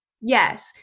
Yes